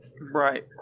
Right